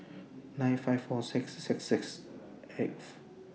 nine five four six six six eight